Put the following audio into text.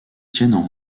tiennent